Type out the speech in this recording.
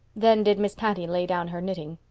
then did miss patty lay down her knitting,